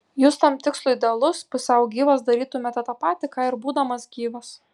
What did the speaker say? jūs tam tikslui idealus pusiau gyvas darytumėte tą patį ką ir būdamas gyvas